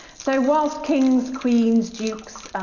so whilst kings, queens, dukes,